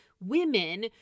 women